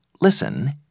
Listen